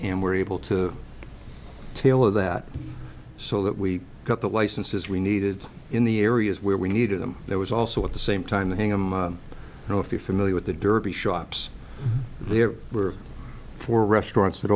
and we're able to tailor that so that we got the licenses we needed in the areas where we needed them there was also at the same time the hingham you know if you're familiar with the derby shops there were four restaurants